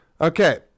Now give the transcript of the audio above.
okay